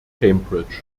cambridge